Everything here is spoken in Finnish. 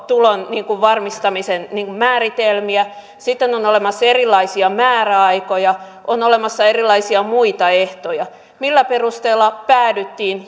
tulon varmistamisen määritelmiä sitten on olemassa erilaisia määräaikoja on olemassa erilaisia muita ehtoja millä perusteella päädyttiin